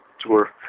tour